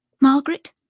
Margaret